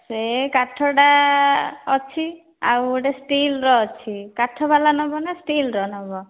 ସେ କାଠଟା ଅଛି ଆଉ ଗୋଟେ ଷ୍ଟିଲ୍ର ଅଛି କାଠବାଲା ନେବ ନା ଷ୍ଟିଲ୍ର ନେବ